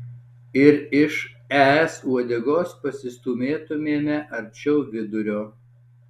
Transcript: ir iš es uodegos pasistūmėtumėme arčiau vidurio